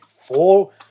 four